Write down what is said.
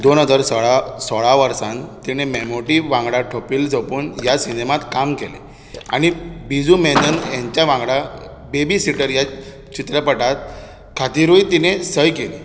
दोन हजार सोळा सोळा वर्सान तिणें मॅमोटी वांगडा ठोपील जोपून ह्या सिनेमांत काम केलें आनी बिर्जू मॅनन हेंच्या वांगडा बेबी सिटर ह्या चित्रपटात खातीरूय तिणें सय केली